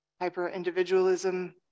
hyper-individualism